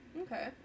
Okay